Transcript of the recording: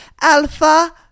Alpha